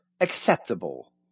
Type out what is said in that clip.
acceptable